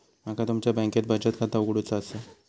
माका तुमच्या बँकेत बचत खाता उघडूचा असा?